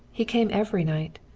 he came every night.